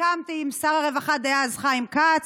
סיכמתי עם שר הרווחה דאז חיים כץ,